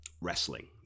Wrestling